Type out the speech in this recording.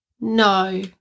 No